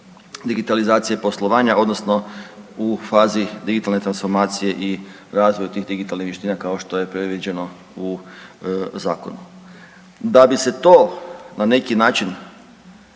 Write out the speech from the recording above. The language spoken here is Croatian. digitalizacije poslovanja odnosno u fazi digitalne transformacije i razvoju tih digitalnih vještina kao što je predviđeno u zakonu. Da bi se to na neki način